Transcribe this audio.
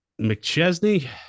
Mcchesney